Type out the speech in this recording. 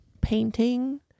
painting